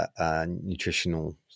nutritional